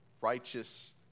righteous